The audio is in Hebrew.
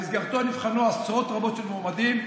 במסגרתו נבחנו עשרות רבות של מועמדים,